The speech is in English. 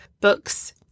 books